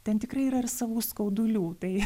ten tikrai yra ir savų skaudulių tai